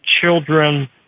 children